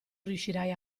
riuscirai